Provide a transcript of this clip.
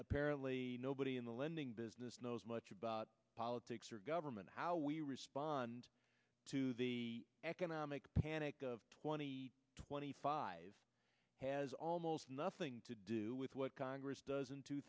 apparently nobody in the lending business knows much about politics or government how we respond to the economic panic of twenty twenty five has almost nothing to do with what congress does in two